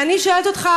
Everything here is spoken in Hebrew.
ואני שואלת אותך: